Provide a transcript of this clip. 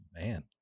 man